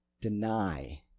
deny